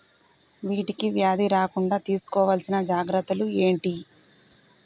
వీటికి వ్యాధి రాకుండా తీసుకోవాల్సిన జాగ్రత్తలు ఏంటియి?